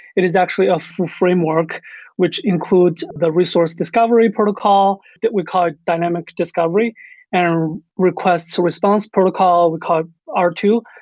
it is actually a framework which includes the resource discovery protocol that we call dynamic discovery and um request to response protocol we called r two,